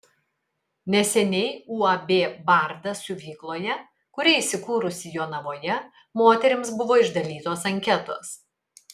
neseniai uab bardas siuvykloje kuri įsikūrusi jonavoje moterims buvo išdalytos anketos